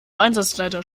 einsatzleiter